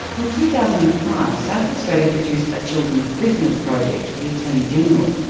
in two thousand and five south australia produced a children of prisoners project for the attorney-general.